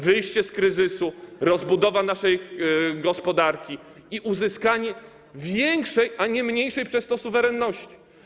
Wyjście z kryzysu, rozbudowa naszej gospodarki i uzyskanie większej, a nie mniejszej przez to suwerenności.